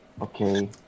Okay